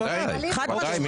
בוודאי, בוודאי.